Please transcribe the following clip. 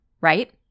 right